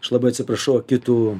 aš labai atsiprašau akitų